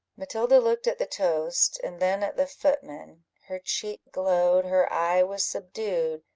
matilda looked at the toast, and then at the footman her cheek glowed, her eye was subdued,